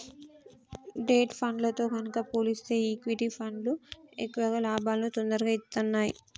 debt ఫండ్లతో గనక పోలిస్తే ఈక్విటీ ఫండ్లు ఎక్కువ లాభాలను తొరగా ఇత్తన్నాయి